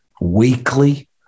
weekly